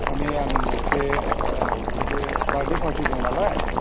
मानि आं मोनसे ओ मोनसे बार्डे पार्टि दं नालाय